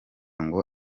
ngo